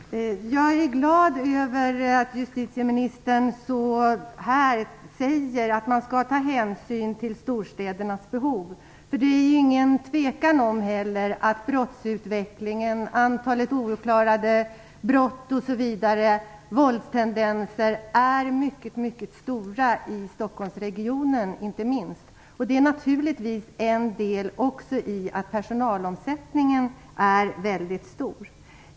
Fru talman! Jag är glad över att justitieministern här säger att man skall ta hänsyn till storstädernas behov, för det är ju ingen tvekan om att brottsutvecklingen - antalet ouppklarade brott, våldstendenser osv. - är mycket stark, inte minst i Stockholmsregionen. Det har naturligtvis också en del i att personalomsättningen är väldigt stor.